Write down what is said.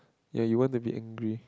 ya you want to be angry